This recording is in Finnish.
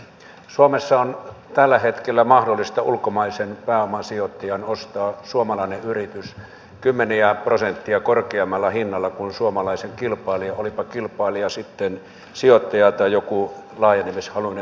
suomessa on tällä hetkellä mahdollista ulkomaisen pääomasijoittajan ostaa suomalainen yritys kymmeniä prosentteja korkeammalla hinnalla kuin suomalaisen kilpailijan olipa kilpailija sitten sijoittaja tai joku laajenemishaluinen pk yritys